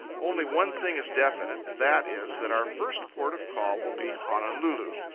only one thing is definite, and that is that our first port of call will be honolulu.